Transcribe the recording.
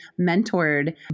mentored